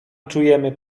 czujemy